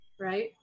right